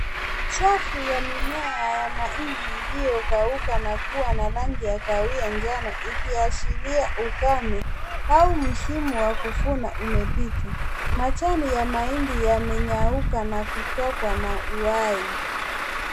Safu ya mimea ya mahindi iliyokauka na kukuwa na rangi ya kahawia njano ikiashirai ukame au msimu wa kuvuna umepita. Majani ya mahindi yamekauka na kutokwa na uhai.